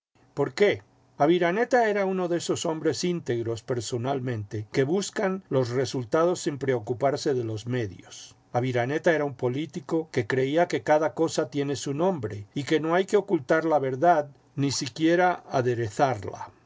por qué aviraneta era uno de esos hombres íntegros personalmente que buscan los resultados sin preocuparse de los medios aviraneta era un político que creía que cada cosa tiene su nombre y que no hay que ocultar la verdad ni siquiera aderezarla